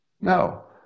no